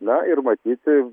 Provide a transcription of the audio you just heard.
na ir matyti